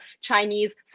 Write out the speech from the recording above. chinese